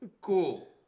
cool